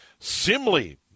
Simley